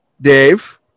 Dave